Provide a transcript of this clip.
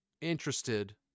interested